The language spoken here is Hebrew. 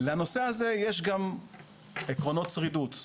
לנושא הזה יש גם עקרונות שרידות,